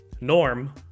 norm